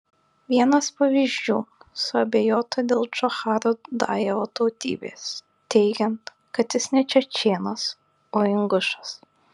vienas pavyzdžių suabejota dėl džocharo dudajevo tautybės teigiant kad jis ne čečėnas o ingušas